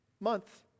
month